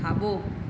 खाबो॒